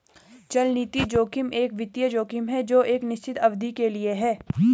चलनिधि जोखिम एक वित्तीय जोखिम है जो एक निश्चित अवधि के लिए है